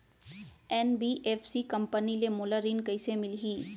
NBFC company ले मोला ऋण कइसे मिलही?